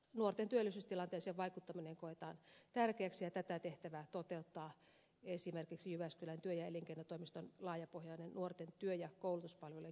nuorten työllisyystilanteeseen vaikuttaminen koetaan tärkeäksi ja tätä tehtävää toteuttaa esimerkiksi jyväskylän työ ja elinkeinotoimiston laajapohjainen nuorten työ ja koulutuspalvelujen kehittämisen työryhmä